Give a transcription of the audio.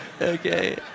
Okay